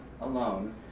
alone